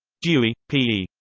dewey, p.